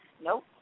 Nope